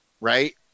right